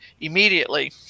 immediately